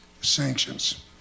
sanctions